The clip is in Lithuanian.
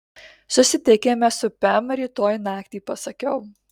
susitikime su pem rytoj naktį pasakiau